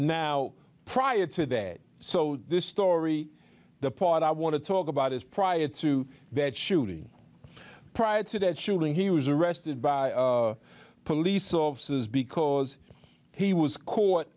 now prior to that so this story the part i want to talk about is prior to that shooting prior to that shooting he was arrested by police officers because he was caught